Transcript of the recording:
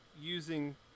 using